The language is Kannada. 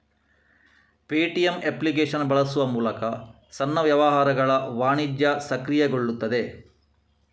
ಪೇಟಿಎಮ್ ಅಪ್ಲಿಕೇಶನ್ ಬಳಸುವ ಮೂಲಕ ಸಣ್ಣ ವ್ಯವಹಾರಗಳ ವಾಣಿಜ್ಯ ಸಕ್ರಿಯಗೊಳ್ಳುತ್ತದೆ